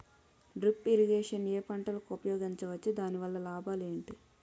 Drip irrigation ఏ పంటలకు ఉపయోగించవచ్చు? దాని వల్ల లాభాలు ఏంటి?